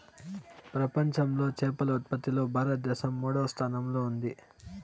ప్రపంచంలో చేపల ఉత్పత్తిలో భారతదేశం మూడవ స్థానంలో ఉంది